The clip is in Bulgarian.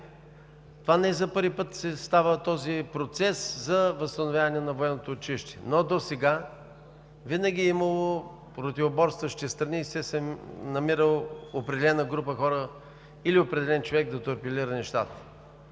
– не за първи път става този процес за възстановяване на военно училище, но досега винаги е имало противоборстващи страни и все се е намирала определена група хора или определен човек да торпилира нещата.